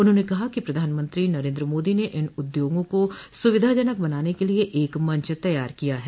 उन्होंने कहा कि प्रधानमंत्री नरेन्द्र मोदी ने इन उद्योगों को सुविधाजनक बनाने के लिए एक मंच तैयार किया है